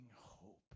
hope